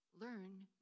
learn